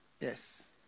Yes